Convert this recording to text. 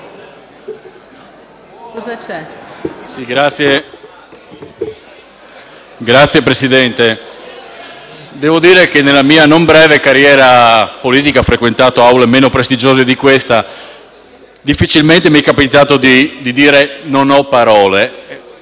Signor Presidente, devo dire che nella mia non breve carriera politica - ho frequentato aule meno prestigiose di questa - difficilmente mi è capitato di dire: «Non ho parole».